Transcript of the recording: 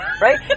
Right